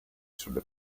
sulle